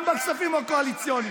גם בכספים הקואליציוניים,